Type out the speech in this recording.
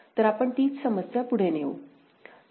तर आपण तीच समस्या पुढे नेऊ